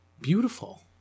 beautiful